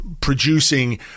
producing –